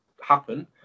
happen